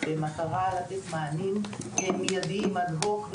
ומטרתו היא לתת מענים מידיים אד הוק,